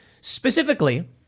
specifically